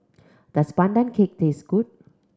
does Pandan Cake taste good